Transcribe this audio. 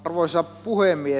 arvoisa puhemies